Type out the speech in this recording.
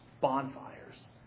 bonfires